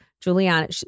Juliana